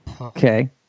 Okay